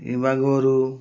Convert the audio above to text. ଏ ବା ଗୋରୁ